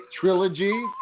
trilogy